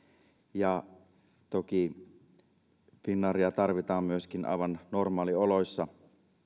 ja toki finnairia tarvitaan myöskin aivan normaalioloissa